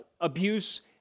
abuse